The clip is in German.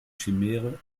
chimäre